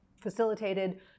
facilitated